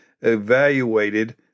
evaluated